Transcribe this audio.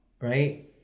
right